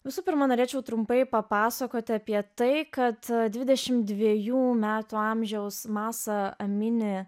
visų pirma norėčiau trumpai papasakoti apie tai kad dvidėšimt dviejų metų amžiaus masa amini